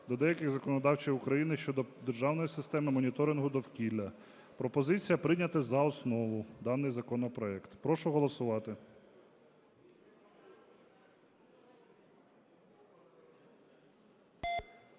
до деяких законодавчих актів України щодо державної системи моніторингу довкілля. Пропозиція прийняти за основу даний законопроект. Прошу голосувати.